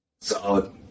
Solid